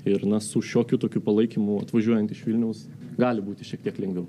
ir na su šiokiu tokiu palaikymu atvažiuojant iš vilniaus gali būti šiek tiek lengviau